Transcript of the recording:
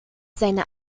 seine